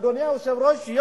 אדוני היושב-ראש,